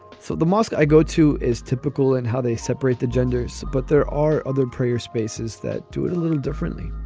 so the mosque i go to is typical and how they separate the genders. but there are other prayer spaces that do it a little differently.